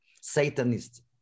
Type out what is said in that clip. satanist